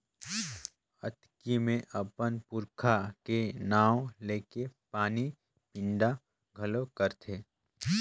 अक्ती मे अपन पूरखा के नांव लेके पानी पिंडा घलो करथे